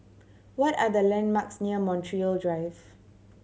what are the landmarks near Montreal Drive